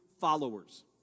followers